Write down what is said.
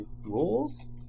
rules